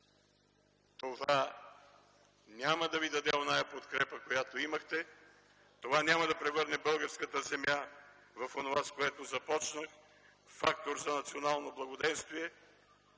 това няма да ви даде онази подкрепа, която имахте, това няма да превърне българската земя в онова, с което започнах: фактор за национално благоденствие,